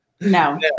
No